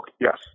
Yes